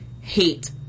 hate